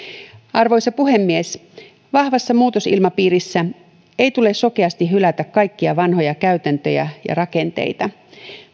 arvoisa puhemies vahvassa muutosilmapiirissä ei tule sokeasti hylätä kaikkia vanhoja käytäntöjä ja rakenteita